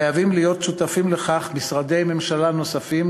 חייבים להיות שותפים לכך משרדי ממשלה נוספים,